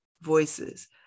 voices